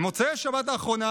במוצאי השבת האחרונה,